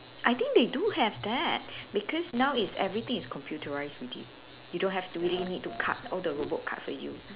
I think they do have that because now it's everything is computerised already you don't have to really need to cut all the robot cut for you